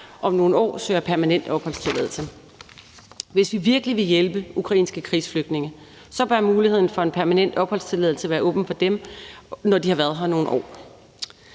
om nogle år søger permanent opholdstilladelse. Hvis vi virkelig vil hjælpe ukrainske krigsflygtninge, bør muligheden for en permanent opholdstilladelse være åben for dem, når de har været her nogle år.